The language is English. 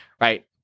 right